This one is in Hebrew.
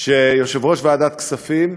שיושב-ראש ועדת כספים,